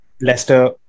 Leicester